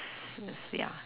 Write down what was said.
ya